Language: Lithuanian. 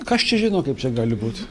kas čia žino kaip čia gali būt